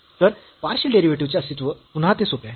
तर partial derivative चे अस्तित्व पुन्हा ते सोपे आहे